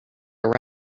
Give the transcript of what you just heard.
are